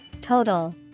Total